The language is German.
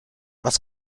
was